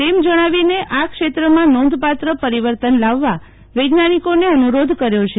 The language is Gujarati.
તેમ જણાવોને આ ક્ષેત્રમાં નોંધપાત્ર પરિવર્તન લાવવા વૈજ્ઞાનિકોને અનુરોધ કયો છે